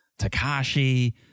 Takashi